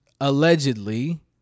allegedly